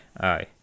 Aye